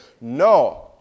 no